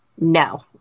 No